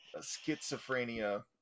schizophrenia